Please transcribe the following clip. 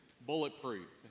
Bulletproof